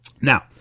Now